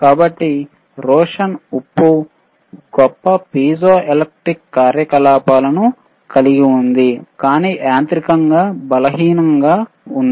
కాబట్టి రోషెల్ ఉప్పు గొప్ప పిజోఎలెక్ట్రిక్ కార్యకలాపాలను కలిగి ఉంది కానీ యాంత్రికంగా బలహీనంగా ఉంది